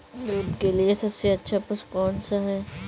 दूध के लिए सबसे अच्छा पशु कौनसा है?